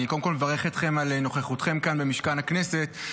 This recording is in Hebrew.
אני קודם כול מברך אתכם על נוכחותכם כאן במשכן הכנסת.